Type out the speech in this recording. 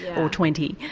or twenty.